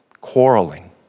quarreling